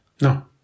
No